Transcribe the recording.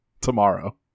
tomorrow